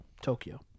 Tokyo